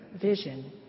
vision